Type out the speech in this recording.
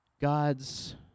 God's